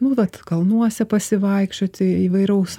nu vat kalnuose pasivaikščioti įvairaus